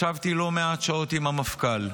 ישבתי לא מעט שעות עם המפכ"ל,